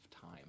time